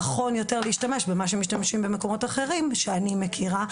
נכון יותר להשתמש במה שמשתמשים במקומות אחרים שאני מכירה,